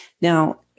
Now